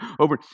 over